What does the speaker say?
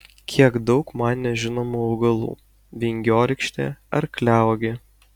kiek daug man nežinomų augalų vingiorykštė arkliauogė